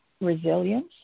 resilience